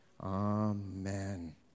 Amen